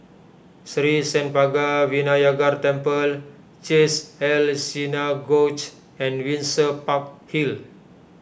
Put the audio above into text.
Sri Senpaga Vinayagar Temple Chesed El Synagogue and Windsor Park Hill